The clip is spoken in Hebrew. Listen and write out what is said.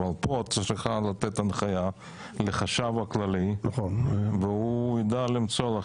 אבל פה את צריכה לתת הנחייה לחשב הכללי והוא יידע למצוא לך,